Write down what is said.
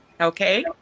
okay